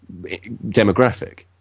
demographic